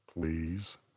please